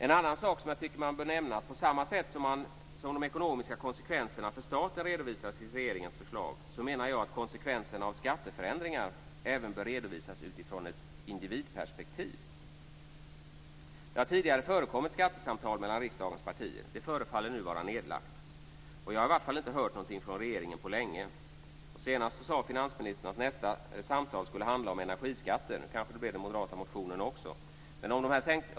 En annan sak som jag tycker bör nämnas är att på samma sätt som de ekonomiska konsekvenserna för staten redovisas i regeringens förslag, bör även konsekvenserna av skatteförändringar redovisas utifrån ett individperspektiv. Det har tidigare förekommit skattesamtal mellan riksdagens partier. De förefaller nu vara nedlagda. Jag har i vart fall inte hört något från regeringen på länge. Senast sade finansministern att nästa samtal skulle handla om energiskatter. Nu kanske de kommer att handla om den moderata motionen också.